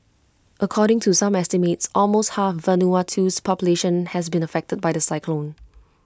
according to some estimates almost half Vanuatu's population has been affected by the cyclone